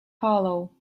hollow